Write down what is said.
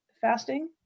fasting